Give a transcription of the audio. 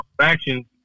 factions